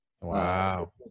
Wow